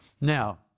Now